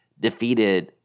defeated